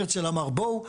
הרצל אמר בואו,